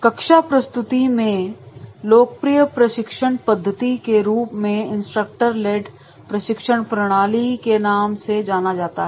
कक्षा प्रस्तुति में लोकप्रिय प्रशिक्षण पद्धति के रूप में इंस्ट्रक्टर लेड प्रशिक्षण प्रणाली के नाम से जाना जाता है